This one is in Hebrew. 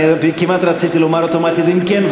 אני כמעט רציתי לומר אוטומטית "אם כן,